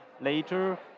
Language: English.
later